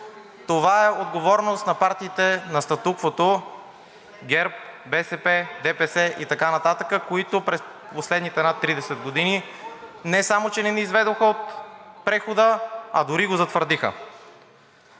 Това е отговорност на партиите на статуквото – ГЕРБ, БСП, ДПС и така нататък, които през последните над 30 години не само че не ни изведоха от прехода, а дори го затвърдиха.